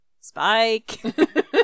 spike